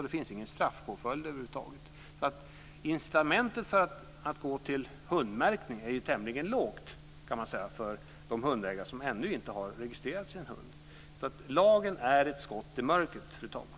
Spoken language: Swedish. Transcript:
Det finns över huvud taget ingen straffpåföljd. Incitamentet för att gå till hundmärkning är tämligen svagt för de hundägare som ännu inte har registrerat sin hund. Lagen är ett skott i mörkret, fru talman.